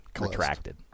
retracted